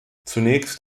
zunächst